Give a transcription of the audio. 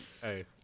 Hey